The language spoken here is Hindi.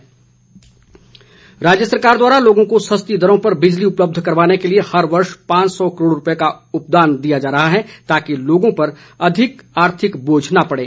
अनिल शर्मा राज्य सरकार द्वारा लोगों को सस्ती दरों पर बिजली उपलब्ध कराने के लिए हर वर्ष पांच सौ करोड़ रूपए का उपदान दिया जा रहा है ताकि लोगों पर अधिक आर्थिक बोझ न पड़े